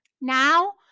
Now